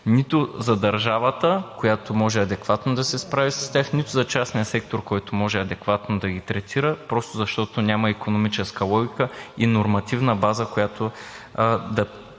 нито за държавата, която може адекватно да се справи с тях, нито за частния сектор, който може адекватно да ги третира. Просто защото няма икономическа логика и нормативна база, която да